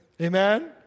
Amen